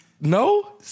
No